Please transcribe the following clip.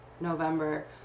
November